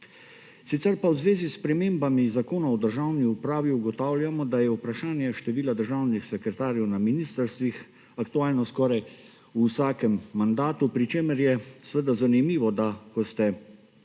Sicer pa v zvezi s spremembami Zakona o državni upravi ugotavljamo, da je vprašanje števila državnih sekretarjev na ministrstvih aktualno skoraj v vsakem mandatu, pri čemer je seveda zanimivo, da ko ste stranka